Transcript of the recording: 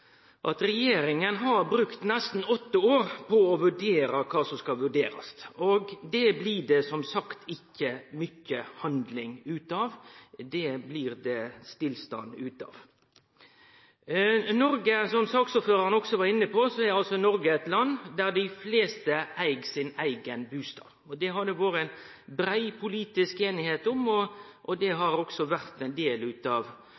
at regjeringa har brukt nesten åtte år på å vurdere kva som skal vurderast. Det blir det, som sagt, ikkje mykje handling av. Det blir det stillstand av. Som saksordføraren også var inne på, er Noreg eit land der dei fleste eig sin eigen bustad. Det har det vore brei politisk einigheit om, og det har også vore ein del av